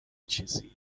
چیزی